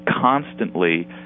constantly